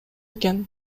экен